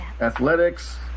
athletics